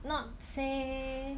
not say